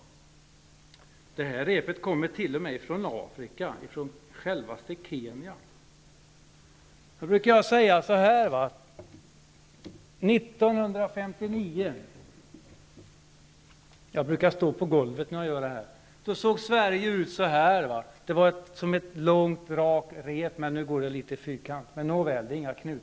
Det här repet kommer t.o.m. från Afrika, från självaste Kenya. Jag brukar stå på golvet när jag gör det här, och så brukar jag säga att 1959 såg Sverige ut så här, dvs. som ett långt, rakt rep utan några knutar någonstans.